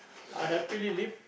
I happily live